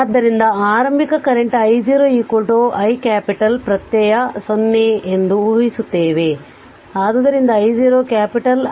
ಆದ್ದರಿಂದ ಆರಂಭಿಕ current I0 I capital ಪ್ರತ್ಯಯ 0 ಎಂದು ಊಹಿಸುತ್ತೇವೆ ಆದ್ದರಿಂದ I0